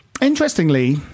Interestingly